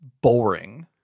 boring